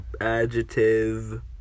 adjective